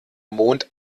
mond